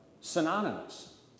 synonymous